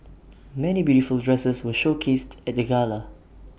many beautiful dresses were showcased at the gala